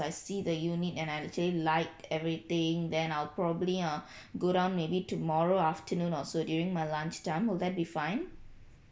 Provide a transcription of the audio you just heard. I see the unit and I actually like everything then I'll probably uh go down maybe tomorrow afternoon or so during my lunch time will that be fine